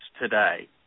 today